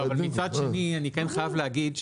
אבל מצד שני אני כן חייב להגיד,